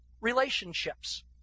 relationships